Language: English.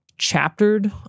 Chaptered